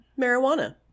marijuana